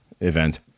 event